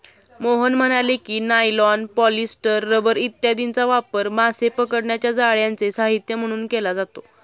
मोहन म्हणाले की, nylon, polyester, rubber इत्यादींचा वापर मासे पकडण्याच्या जाळ्यांचे साहित्य म्हणून केला जातो